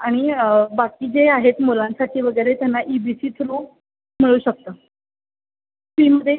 आणि बाकी जे आहेत मुलांसाठी वगैरे त्यांना ई बी सी थ्रू मिळू शकतं फीमध्ये